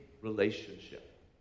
relationship